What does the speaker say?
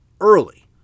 early